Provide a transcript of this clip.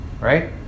Right